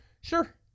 Sure